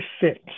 fix